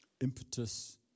impetus